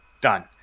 done